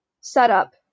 setup